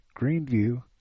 Greenview